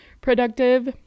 productive